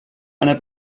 einer